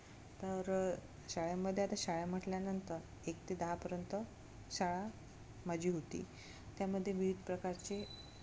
तर शाळेमध्ये आता शाळा म्हटल्यानंतर एक ते दहापर्यंत शाळा माझी होती त्यामध्ये विविध प्रकारचे